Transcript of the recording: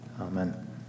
Amen